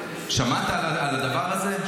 שמעת על הדבר הזה,